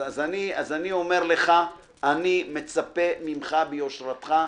אני מצפה ממך ביושרך,